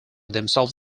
themselves